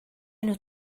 enw